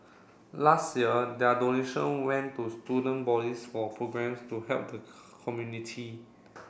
last year their donation went to student bodies for programmes to help the community